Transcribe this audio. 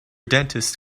dentist